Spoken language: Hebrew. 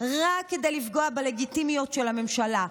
רק כדי לפגוע בלגיטימיות של הממשלה.